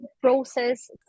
process